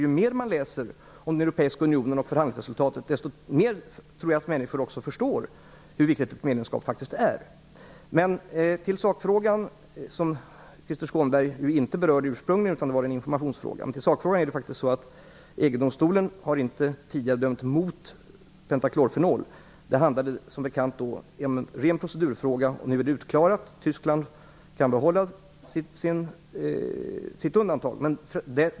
Ju mer man läser om den europeiska unionen och förhandlingsresultatet, desto bättre tror jag att människor förstår hur viktigt ett medlemskap faktiskt är. I sakfrågan, som ju Krister Skånberg ursprungligen inte berörde utan informationsfrågan, är det faktiskt så att EG-domstolen tidigare inte dömt mot pentaklorfenol. Det handlade då om en ren procedurfråga. Nu är det utklarat: Tyskland får behålla sitt undantag.